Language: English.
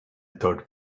thought